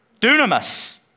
dunamis